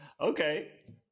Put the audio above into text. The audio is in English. okay